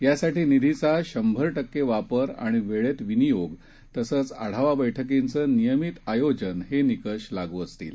यासाठी निधीचा शंभर टक्के वापर आणि वेळेत विनियोग तसंच आढावा बैठकींचं नियमित आयोजन हे निकष लागू असतील